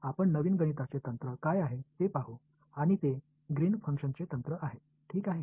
तर आपण नवीन गणिताचे तंत्र काय आहे ते पाहू आणि ते ग्रीन्स फंक्शनचे तंत्र आहे ठीक आहे